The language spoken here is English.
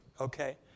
okay